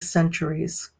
centuries